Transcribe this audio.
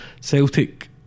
Celtic